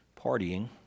partying